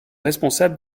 responsable